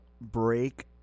break